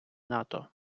нато